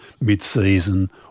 mid-season